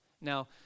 Now